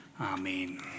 Amen